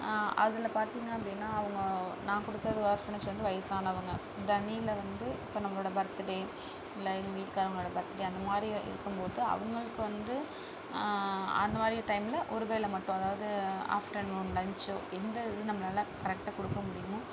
அதில் பார்த்திங்க அப்படின்னா அவங்க நான் கொடுக்குற ஆர்ஃபனேஜ் வந்து வயசானவங்க இது அன்னியில வந்து இப்போ நம்மளோட பர்த்டே இல்லை எங்கள் வீட்டுகாரங்களோட பர்த்டே அந்தமாதிரி இருக்கும்போது அவங்களுக்கு வந்து அந்தமாதிரி டைமில் ஒரு வேளை மட்டும் அதாவது ஆஃப்டர்நூன் லன்ச்சு எந்த இது நம்மளால் கரெக்டாக கொடுக்க முடியுமோ